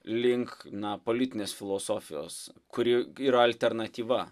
link na politinės filosofijos kuri yra alternatyva